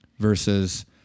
Versus